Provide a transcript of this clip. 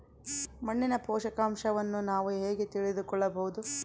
ಮಣ್ಣಿನ ಪೋಷಕಾಂಶವನ್ನು ನಾನು ಹೇಗೆ ತಿಳಿದುಕೊಳ್ಳಬಹುದು?